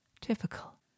Typical